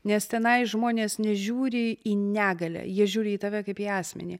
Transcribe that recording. nes tenai žmonės nežiūri į negalią jie žiūri į tave kaip į asmenį